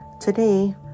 Today